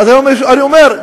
אני אומר,